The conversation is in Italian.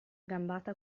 gambata